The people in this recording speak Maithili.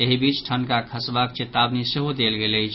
एहि बीच ठनका खसबाक चेतावनी सेहो देल गेल अछि